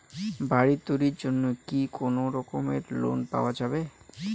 বাড়ি তৈরির জন্যে কি কোনোরকম লোন পাওয়া যাবে?